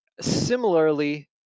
similarly